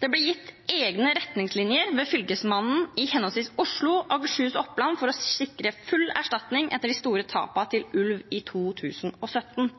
Det ble gitt egne retningslinjer ved Fylkesmannen i henholdsvis Oslo, Akershus og Oppland for å sikre full erstatning etter de store tapene til ulv i 2017.